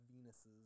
Venus's